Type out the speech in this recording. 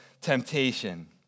temptation